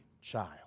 child